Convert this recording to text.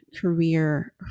career